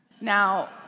Now